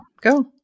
go